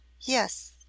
Yes